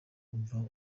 umva